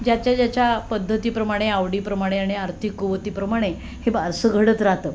ज्याच्या ज्याच्या पद्धतीप्रमाणे आवडीप्रमाणे आणि आर्थिक कुवतीप्रमाणे हे बारसं घडत राहतं